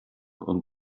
und